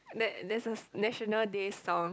there there's a National Day song